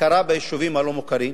הכרה ביישובים הלא-מוכרים,